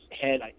head